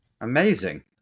Amazing